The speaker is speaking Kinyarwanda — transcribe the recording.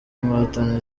inkotanyi